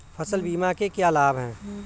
फसल बीमा के क्या लाभ हैं?